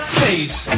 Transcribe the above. face